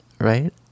right